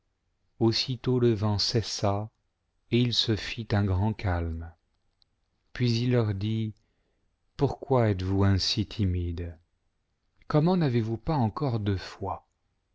aussitôt le vent cessa et il se fit un grand calme puis il leur dit pourquoi êtes-vous ainsi timides f comment n'avez-vous pas encore de foi